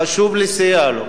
וחשוב לסייע לו.